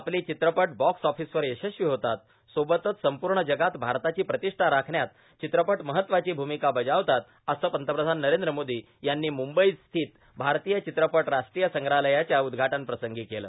आपली चित्रपटं बॉक्स ऑफिसवर यशस्वी होतात सोबतच संपूर्ण जगात भारताची प्रतिष्ठा राखण्यात चित्रपट महत्वाची भूमिका बजावतात असं पंतप्रधान नरेंद्र मोदी यांनी म्रंबईस्थित भारतीय चित्रपट राष्ट्रीय संग्रहालयाच्या उद्घाटन प्रसंगी केलं